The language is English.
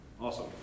Awesome